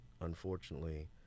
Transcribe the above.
unfortunately